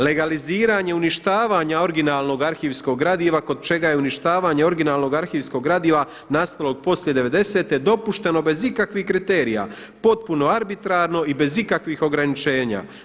Legaliziranje uništavanja originalnog arhivskog gradiva kod čega je uništavanje originalnog arhivskog gradiva nastalog poslije devedesete dopušteno bez ikakvih kriterija potpuno arbitrarno i bez ikakvih ograničenja.